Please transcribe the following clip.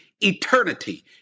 Eternity